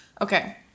Okay